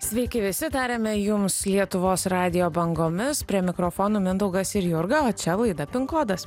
sveiki visi tariame jums lietuvos radijo bangomis prie mikrofonų mindaugas ir jurga o čia laida pin kodas